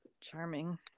Charming